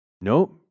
Nope